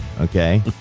okay